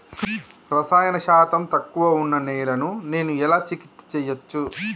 రసాయన శాతం తక్కువ ఉన్న నేలను నేను ఎలా చికిత్స చేయచ్చు?